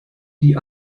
die